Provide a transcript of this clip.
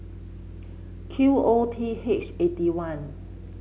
Q O T H eighty one